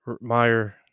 Meyer